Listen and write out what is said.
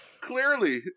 Clearly